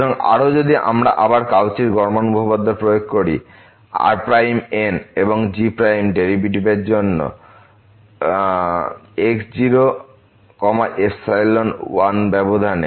সুতরাং আরও যদি আমরা আবার কাউচির গড় মান উপপাদ্য প্রয়োগ করি Rn এবং g ডেরিভেটিভ এর জন্য x01ব্যবধানে